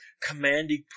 commanding